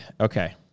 Okay